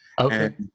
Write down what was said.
Okay